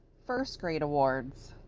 first grade awards.